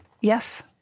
Yes